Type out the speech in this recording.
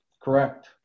Correct